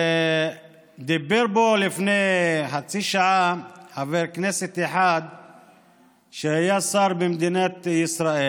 דיבר פה לפני חצי שעה חבר כנסת אחד שהיה שר במדינת ישראל.